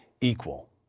equal